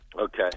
Okay